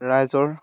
ৰাইজৰ